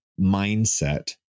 mindset